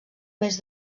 més